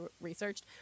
researched